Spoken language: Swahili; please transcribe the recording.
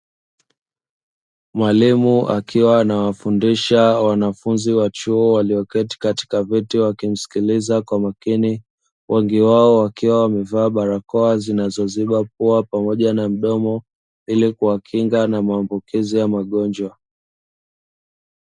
Mwalimu akiwa anawafundisha wanafunzi wa chuo, walioketi katika viti wakimsikiliza kwa makini, wengi wao wakiwa wamevaa barakoa zinazoziba pua pamoja na mdomo, ili kuwakinga na maambukizi ya magonjwa.